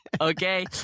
Okay